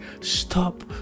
stop